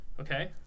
Okay